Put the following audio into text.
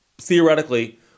theoretically